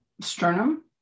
sternum